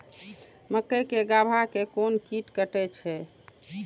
मक्के के गाभा के कोन कीट कटे छे?